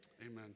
Amen